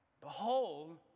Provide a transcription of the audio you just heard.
Behold